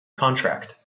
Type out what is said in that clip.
contract